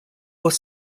was